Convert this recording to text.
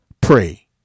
Pray